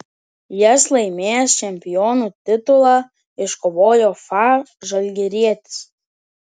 jas laimėjęs čempionų titulą iškovojo fa žalgirietis